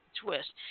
twist